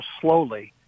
slowly